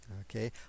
okay